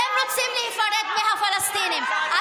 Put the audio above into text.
אתם רוצים להיפרד מהפלסטינים.